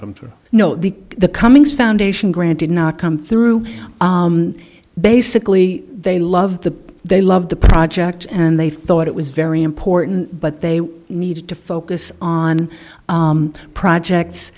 come to know the the coming foundation grant did not come through basically they love the they love the project and they thought it was very important but they need to focus on projects